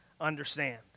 understand